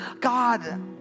God